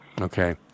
Okay